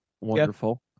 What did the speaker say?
Wonderful